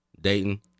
Dayton